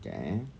jap eh